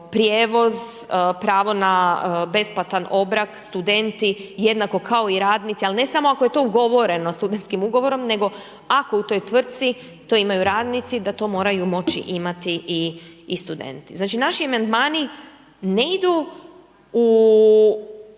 prijevoz, pravo na besplatan obrok, studenti, jednako kao i radnici ali ne samo ako je to ugovoreno studentskim ugovorom nego ako u toj tvrtci to imaju radnici, da to moraju moći imati i studenti. Znači naši amandmani ne idu u